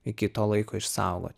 iki to laiko išsaugot